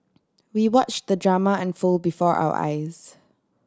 we watch the drama unfold before our eyes